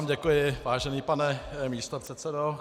Já vám děkuji, vážený pane místopředsedo.